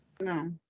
No